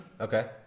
Okay